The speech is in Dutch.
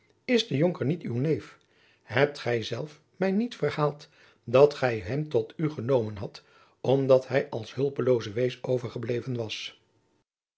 is de jonker niet uw neef hebt gij zelf mij niet verhaald dat gij hem tot u genomen hadt omdat hij als hulpelooze wees overgebleven was